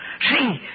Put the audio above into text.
See